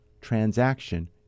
transaction